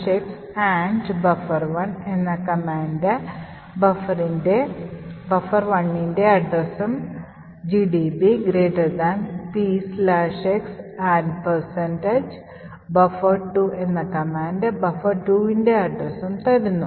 gdb px buffer1 എന്ന command buffer1ൻറെ അഡ്രസ്സും gdb px buffer2 എന്ന കമാൻഡ് buffer2 ൻറെ അഡ്രസ്സും തരുന്നു